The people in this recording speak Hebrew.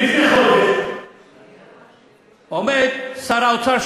לפני חודש עומד שר האוצר,